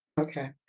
Okay